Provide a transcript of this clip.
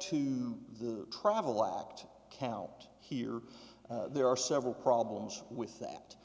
to the travel lacked count here there are several problems with that